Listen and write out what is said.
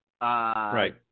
Right